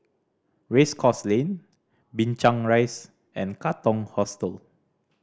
Race Course Lane Binchang Rise and Katong Hostel